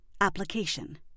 Application